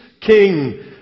king